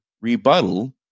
rebuttal